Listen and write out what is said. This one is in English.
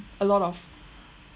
a lot of